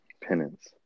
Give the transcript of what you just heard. Penance